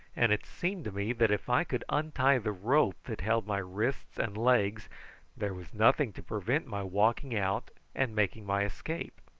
and it seemed to me that if i could untie the rope that held my wrists and legs there was nothing to prevent my walking out and making my escape.